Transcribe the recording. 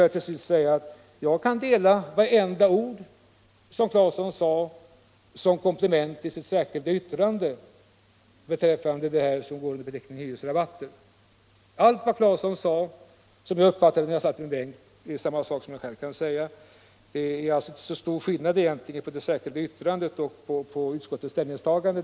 Jag kan sedan instämma i vartenda ord som herr Claeson sade med anledning av sitt särskilda yttrande beträffande det som går under beteckningen särskilda hyresrabatter. Allt det herr Claeson sade var sådant som jag själv skulle kunna säga. Det är alltså inte någon större skillnad mellan det särskilda yttrandet och utskottets ställningstagande.